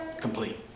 complete